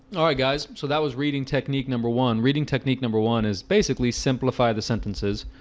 alright guys, so that was reading technique number one reading technique number one is basically simplify the sentences,